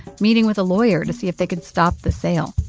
meeting with a lawyer to see if they could stop the sale